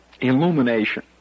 illumination